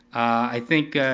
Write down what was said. i think,